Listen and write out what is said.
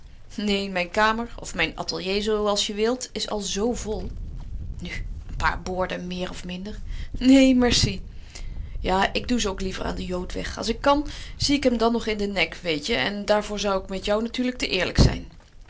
neen mijn kamer of mijn atelier zooals je wilt is al zo vol nu een paar borden meer of minder neen merci ja ik doe ze ook liever aan den jood weg als ik kan zie ik hem dan nog in den nek weet je en daarvoor zou ik met jou natuurlijk te eerlijk zijn